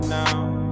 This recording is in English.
now